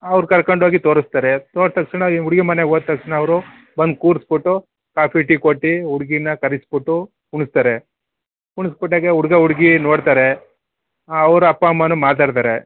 ಅವ್ರು ಕರ್ಕೊಂಡೋಗಿ ತೋರಿಸ್ತಾರೆ ತೋರ್ಸಿ ತಕ್ಷಣ ಈ ಹುಡುಗಿ ಮನೆಗೆ ಹೋದ ತಕ್ಷಣ ಅವರು ಬಂದು ಕೂರ್ಸ್ಬಿಟ್ಟು ಕಾಫಿ ಟೀ ಕೊಟ್ಟು ಹುಡುಗೀನ ಕರಿಸ್ಬಿಟ್ಟು ಕುಂಡ್ಸ್ತಾರೆ ಕುಂಡ್ಸ್ಬುಟ್ಟು ಹಾಗೆ ಹುಡುಗ ಹುಡುಗಿ ನೋಡ್ತಾರೆ ಅವ್ರ ಅಪ್ಪ ಅಮ್ಮನೂ ಮಾತಾಡ್ತಾರೆ